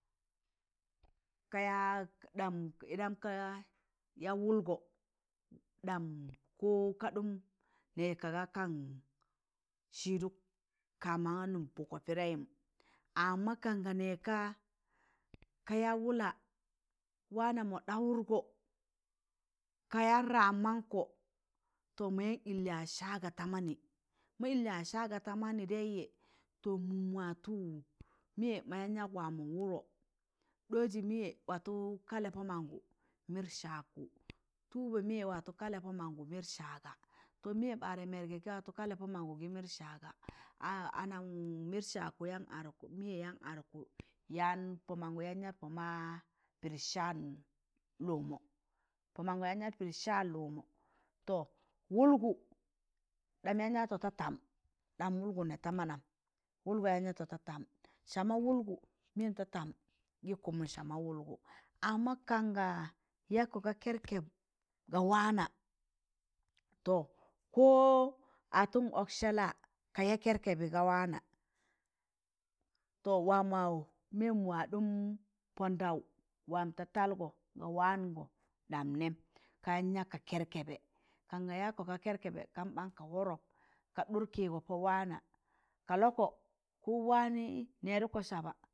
Kaayag ɗam- iɗam ka yaa wụlgọ ɗam ko ka ɗụm nẹẹ kaaga kan sịdụk kamanụm pụkọ pẹdẹị yụm, amma kaan ga nẹẹg ka ka yaa wụla waana ma ɗawụtgọ kayan ram manko to mayan ịl yaịz saaga ta mannị ma ịl yaịz saaga ta man daịjẹ to mụm mawụtọ mịyẹ mayan yag waamọ wụrọ ɗọọzi mịyẹ watọ kalẹ pụmangụ mịr sagkụ tụụbọ mịyẹ watọ kalẹ pọ mangụ mịr saga to mịyẹ baarụ bẹrgẹ gị watọ kalẹ pụmangụ gị mịr watọ kalẹ pụmangụ gị mịr saga a aman mịr sagkụ yaan adụkụ mịyẹ yaan adụk kụ mịytẹ yan adụk kụ yaan pụmangụ yaan yat pụma pịdị saan lụkmọ pụmangụ yaan yat pịdị saan lụkmọ to wụlgụ ɗam yaan yatọ da tam ɗam wụlgụ nẹẹ ta maanam wụlgụ yaan yatọ da tam saama wụlgụ mịyẹm da tam gị kụmọn sama wụlgụ amma kanga yagkọ ga kẹrkẹb ga waana to ko atọn ọksẹla ka yaa kẹrkẹbẹ ga waana to waam mịyẹm wa ɗụm pọndaw waam ta talgọ ga waangọ ɗam nẹẹm ka yam yag ka kẹrkẹbẹ kanga yajkọ ka kẹrkẹbẹ kam ɓaan ka wọrọp ka ɗụr kịịgọ pọ waana kalọkọ ko waanị nẹẹdụkọ saba.